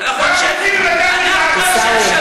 אנחנו אנשי השלום, עיסאווי.